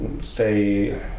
say